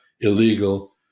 illegal